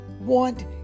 want